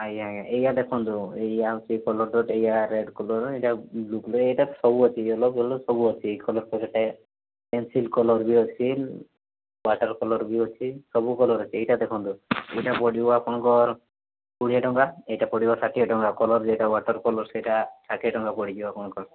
ଆଜ୍ଞା ଆଜ୍ଞା ଏଇୟା ଦେଖନ୍ତୁ ଏଇୟା ହେଉଛି ଏ କଲର୍ଟା ଏଇୟା ରେଡ଼୍ କଲର୍ ଏଇଟା ବ୍ଲୁ କଲର୍ ଏଇଟା ସବୁ ଅଛି ୟୋଲୋ ଫେଲୋ ସବୁ ଅଛି ଏଇ କଲର୍ଟା ଗୋଟିଏ ପେନ୍ସିଲ୍ କଲର୍ ବି ଅଛି ୱାଟର୍ କଲର୍ ବି ଅଛି ସବୁ କଲର୍ ଏଇଟା ଦେଖନ୍ତୁ ଏଇଟା ପଡ଼ିଯିବ ଆପଣଙ୍କର କୋଡ଼ିଏ ଟଙ୍କା ଏଇଟା ପଡ଼ିବ ଷାଠିଏ ଟଙ୍କା କଲର୍ ଏଇଟା ୱାଟର୍ କଲର୍ ସେଇଟା ଷାଠିଏ ଟଙ୍କା ପଡ଼ିଯିବ ଆପଣଙ୍କୁ